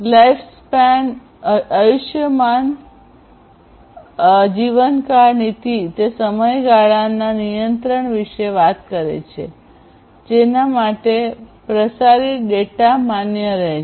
લાઈફૃસપૅન આયુષ્યમાનજીવનકાળ નીતિ તે સમયગાળાના નિયંત્રણ વિશે વાત કરે છે જેના માટે પ્રસારિત ડેટા માન્ય રહેશે